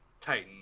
titan